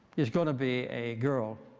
there's going to be a girl,